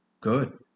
Good